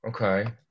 Okay